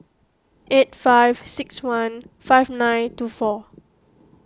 eight five six one five nine two four